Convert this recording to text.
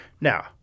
Now